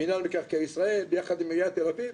מינהל מקרקעי ישראל ביחד עם עיריית תל אביב.